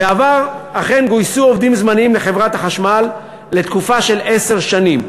1. בעבר אכן גויסו עובדים זמניים לחברת החשמל לתקופה של עשר שנים,